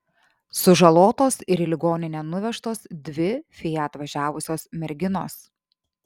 sužalotos ir į ligoninę nuvežtos dvi fiat važiavusios merginos